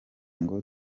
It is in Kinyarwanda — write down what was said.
ngo